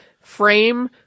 frame